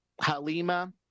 Halima